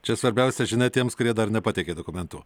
čia svarbiausia žinia tiems kurie dar nepateikė dokumentų